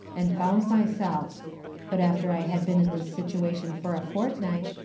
and found myself but after i had been in this situation for a fortnight,